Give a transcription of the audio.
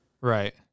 right